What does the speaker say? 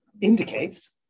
indicates